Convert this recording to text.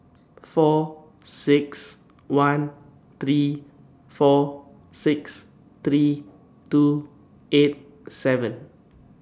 four six one three four six three two eight seven